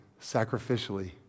sacrificially